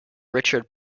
richard